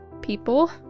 people